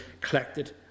collected